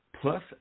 Plus